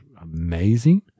amazing